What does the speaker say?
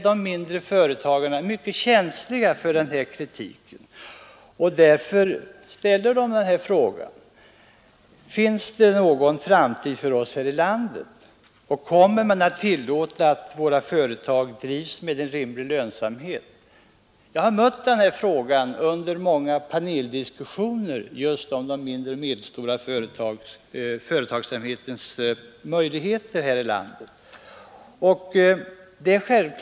De mindre företagarna är mycket känsliga för den kritiken, och därför frågar de: Finns det någon framtid för oss här i landet, och kommer man att tillåta att våra företag drivs med rimlig lönsamhet? Jag har mött den frågan under många paneldiskussioner om den mindre och medelstora företagsamhetens möjligheter här i landet.